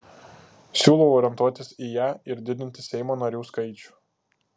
siūlau orientuotis į ją ir didinti seimo narių skaičių